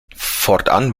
fortan